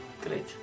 Great